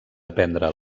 aprendre